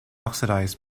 oxidized